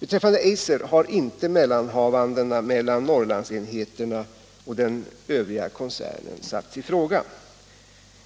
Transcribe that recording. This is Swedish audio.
Beträffande Eiser har mellanhavandena mellan Norrlandsenheterna och den övriga koncernen inte satts i fråga.